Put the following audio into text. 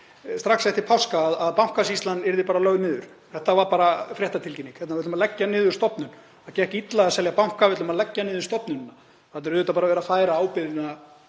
strax eftir páska að Bankasýslan yrði lögð niður. Þetta var bara fréttatilkynning: Við ætlum að að leggja niður stofnun. Það gekk illa að selja banka, við ætlum að leggja niður stofnunina. Þarna er auðvitað verið að færa ábyrgðina